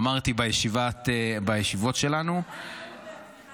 אמרתי בישיבות שלנו -- אחרי נאום הפתיחה שלה.